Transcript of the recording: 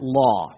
law